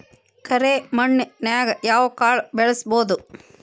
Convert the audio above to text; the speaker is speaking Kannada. ಕರೆ ಮಣ್ಣನ್ಯಾಗ್ ಯಾವ ಕಾಳ ಬೆಳ್ಸಬೋದು?